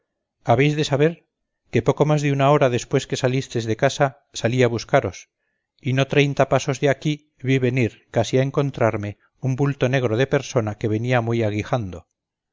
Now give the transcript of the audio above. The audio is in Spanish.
habéis de saber que poco más de una hora después que salistes de casa salí a buscaros y no treinta pasos de aquí vi venir casi a encontrarme un bulto negro de persona que venía muy aguijando